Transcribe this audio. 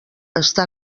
està